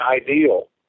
ideal